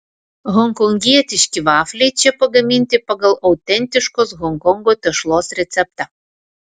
honkongietiški vafliai čia pagaminti pagal autentiškos honkongo tešlos receptą